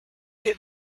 get